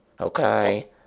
Okay